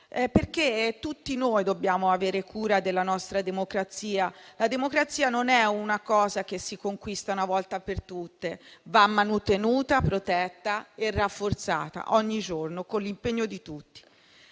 carico. Tutti noi dobbiamo avere cura della nostra democrazia: la democrazia non è una cosa che si conquista una volta per tutte; va manutenuta, protetta e rafforzata ogni giorno, con l'impegno di tutti.